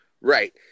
right